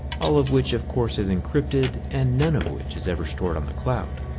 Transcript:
all of which, of course, is encrypted and none of which is ever stored on the cloud.